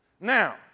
Now